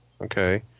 Okay